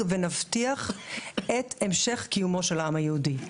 כך נדאג ונבטיח את המשך קיומו של העם היהודי.